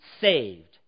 saved